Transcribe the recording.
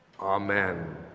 Amen